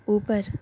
اوپر